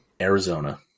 Arizona